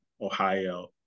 Ohio